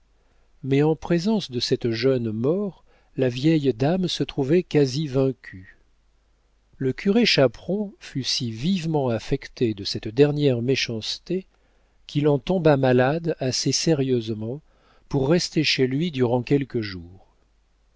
mais en présence de cette jeune mort la vieille dame se trouvait quasi vaincue le curé chaperon fut si vivement affecté de cette dernière méchanceté qu'il en tomba malade assez sérieusement pour rester chez lui durant quelques jours